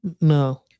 No